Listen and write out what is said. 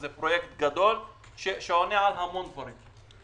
זה פרויקט גדול שעונה על המון צרכים,